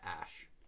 Ash